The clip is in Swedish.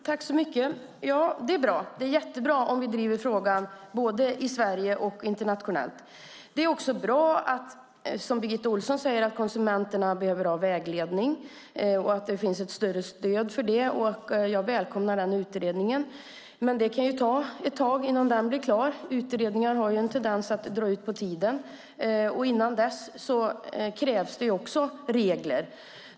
Fru talman! Det är jättebra om vi driver frågan både i Sverige och internationellt. Som Birgitta Ohlsson säger behöver konsumenterna vägledning, och därför är det bra att det finns ett större stöd för det. Jag välkomnar utredningen, men det kan ta ett tag innan den blir klar. Utredningar har en tendens att dra ut på tiden, och det krävs regler även innan utredningen är klar.